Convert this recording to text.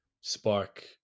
spark